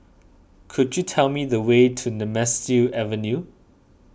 could you tell me the way to Nemesu Avenue